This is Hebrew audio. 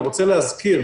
אני רוצה להזכיר,